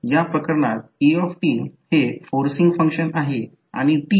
तर याप्रमाणे लक्षात ठेवू शकतो त्याचप्रमाणे आकृती 2 मधे पहा